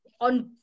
on